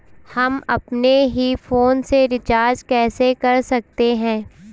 हम अपने ही फोन से रिचार्ज कैसे कर सकते हैं?